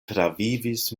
travivis